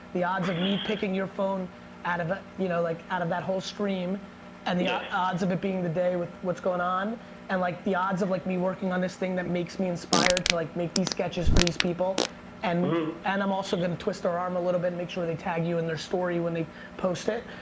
the odds of me picking your phone out of ah you know like out of that whole stream and the ah odds of it being the day with what's going on and like the odds of like me working on this thing that makes me inspired to like make these sketches for these people and and i'm also gonna twist their arm a little bit and make sure they tag you in their story when they post it.